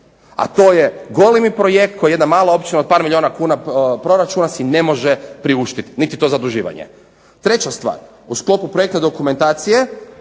a to ej golemi projekt koji jedna mala općina od par milijuna kuna proračuna si ne može priuštiti, niti to zaduživanje. Treća stvar, u sklopu projekta dokumentacije